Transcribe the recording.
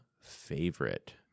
favorite